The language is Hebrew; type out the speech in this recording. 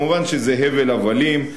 מובן שזה הבל הבלים.